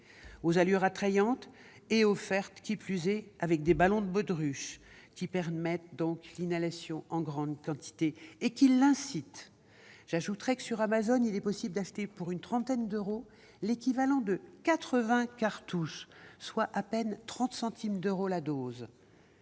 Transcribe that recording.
aux allures attrayantes, de surcroît offertes avec des ballons de baudruche, qui permettent l'inhalation en grande quantité et y incitent. En outre, sur Amazon, il est possible d'acheter pour une trentaine d'euros l'équivalent de quatre-vingts cartouches, soit à peine 30 centimes d'euros la dose.